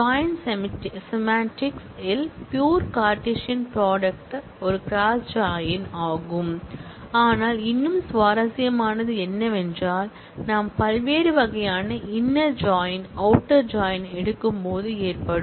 join semantics ல் pure cartesian product ஒரு cross join ஆனால் இன்னும் சுவாரஸ்யமானது என்னவென்றால் நாம் பல்வேறு வகையான இன்னர் ஜாயின் அவுட்டர் ஜாயின் எடுக்கும்போது ஏற்படும்